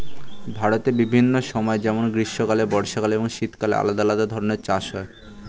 ভারতের বিভিন্ন সময় যেমন গ্রীষ্মকালে, বর্ষাকালে এবং শীতকালে আলাদা আলাদা ধরনের চাষ হয়